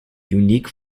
unique